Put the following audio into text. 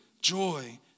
Joy